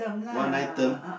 one item